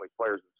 players